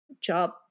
job